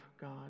God